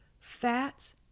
fats